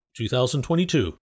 2022